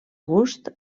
gust